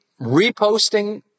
reposting